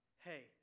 hey